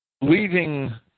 Leaving